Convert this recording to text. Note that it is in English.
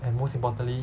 and most importantly